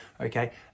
Okay